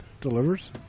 delivers